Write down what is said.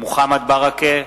מוחמד ברכה,